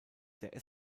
der